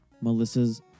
Melissa's